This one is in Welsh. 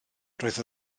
roedd